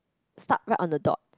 start right on the dot